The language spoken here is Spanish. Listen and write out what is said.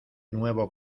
nuevo